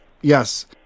yes